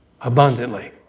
abundantly